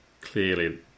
clearly